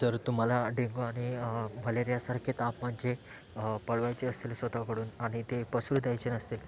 जर तुम्हाला डेंग्यू आणि मलेरियासारखे ताप म्हणजे पळवायचे असतील स्वतःकडून आणि ते पसरू द्यायचे नसतील